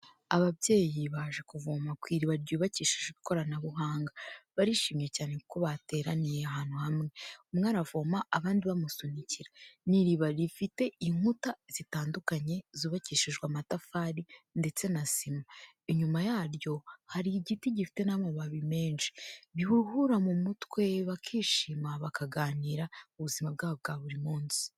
Ababyeyi baje kuvoma ku iriba ryubakishijwe ikoranabuhanga, barishimye cyane kuko bateraniye ahantu hamwe, umwe aravoma abandi bamusunikira, ni iriba rifite inkuta zitandukanye zubakishijwe amatafari ndetse na sima, inyuma yaryo hari igiti gifite n'amababi menshi, bihuhura mu mutwe, bakishima bakaganira, ubuzima bwabo bwa buri munsi.